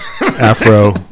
Afro